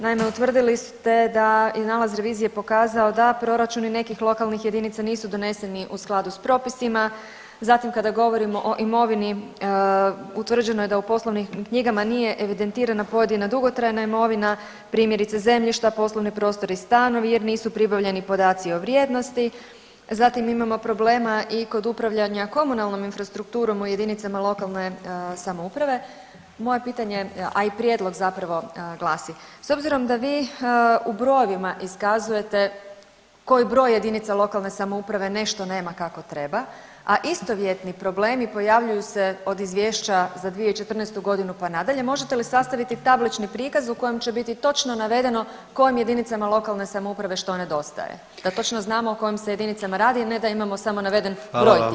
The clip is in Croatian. Naime, utvrdili ste da i nalaz revizije pokazao da proračuni nekih lokalnih jedinica nisu doneseni u skladu s propisima, zatim kada govorimo o imovini, utvrđeno je da u poslovnim knjigama nije evidentirana pojedina dugotrajna imovina, primjerice zemljišta, poslovni prostori i stanovi jer nisu pribavljeni podaci o vrijednosti, zatim imamo problema i kod upravljanja komunalnom infrastrukturom u jedinicama lokalne samouprave, moje pitanje, a i prijedlog zapravo glasi, s obzirom da vi u brojevima iskazujete, koji broj jedinica lokalne samouprave nešto nema kako treba, a istovjetni problemi od Izvješća za 2014. g. pa nadalje, možete li sastaviti tablični prikaz u kojem će biti točno navedeno kojim jedinicama lokalne samouprave što nedostaje da točno znamo o kojim se jedinicama radi, ne da imamo samo naveden broj tih jedinica.